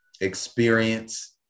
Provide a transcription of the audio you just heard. experience